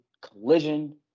Collision